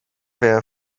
were